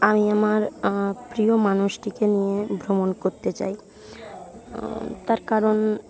আমি আমার প্রিয় মানুষটিকে নিয়ে ভ্রমণ করতে চাই তার কারণ